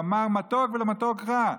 למר מתוק ולמתוק מר.